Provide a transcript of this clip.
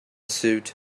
suit